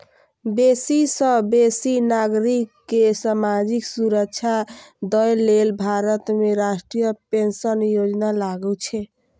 बेसी सं बेसी नागरिक कें सामाजिक सुरक्षा दए लेल भारत में राष्ट्रीय पेंशन योजना लागू छै